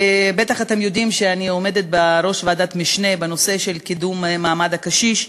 אתם בטח יודעים שאני עומדת בראש ועדת משנה בנושא קידום מעמד הקשיש.